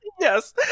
Yes